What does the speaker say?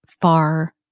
far